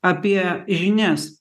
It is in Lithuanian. apie žinias